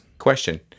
question